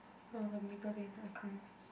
oh the middle lane I am coming